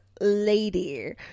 lady